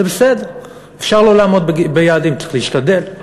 זה בסדר, אפשר לא לעמוד ביעדים, צריך להשתדל.